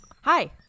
hi